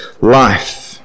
life